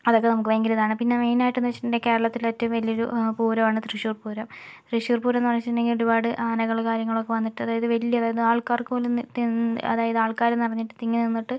അതൊക്കെ നമുക്ക് ഭയങ്കര ഇതാണ് പിന്നെ മെയിനായിട്ടെന്ന് വച്ചിട്ടുണ്ടെങ്കിൽ കേരളത്തിലെ ഏറ്റവും വലിയ ഒരു പൂരമാണ് തൃശൂര്പൂരം തൃശൂര്പൂരം എന്ന് വച്ചിട്ടുണ്ടെങ്കില് ഒരുപാട് ആനകളും കാര്യങ്ങളും ഒക്കെ വന്നിട്ട് അതായത് വലിയ ഇതാന്ന് ആള്ക്കാര്ക്ക് പോലും തിങ്ങി അതായത് ആള്ക്കാര് നിറഞ്ഞിട്ട് തിങ്ങി നിന്നിട്ട്